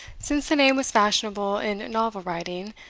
since the name was fashionable in novel-writing,